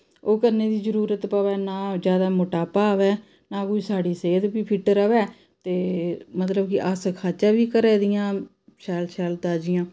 ओह् करने दी जरूरत प'वै नां जैदा मोटापा आ'वै नां कुछ साढ़ी सेह्त बी फिट्ट र'वै ते मतलब कि अस खाचै बी घरै दियां शैल शैल ताजियां